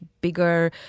bigger